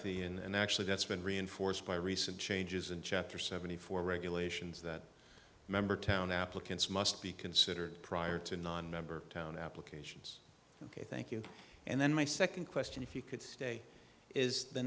the and actually that's been reinforced by recent changes in chapter seventy four regulations that member town applicants must be considered prior to nonmember town applications ok thank you and then my second question if you could stay is the